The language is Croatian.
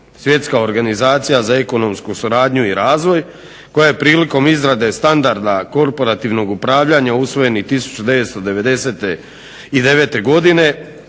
Svjetska organizacija za ekonomsku suradnju i razvoj koja je prilikom izrade standarda korporativnog upravljanja usvojeni 1990. i